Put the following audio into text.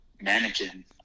mannequin